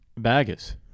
Baggers